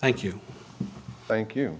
thank you thank you